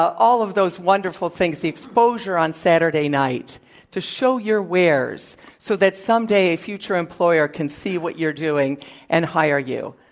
all of those wonderful things. the exposure on saturday night to show your wares, so that someday, a future employer can see what you're doing and hire you.